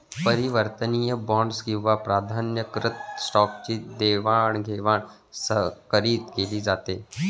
परिवर्तनीय बॉण्ड्स किंवा प्राधान्यकृत स्टॉकची देवाणघेवाण संकरीत केली जाते